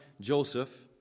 Joseph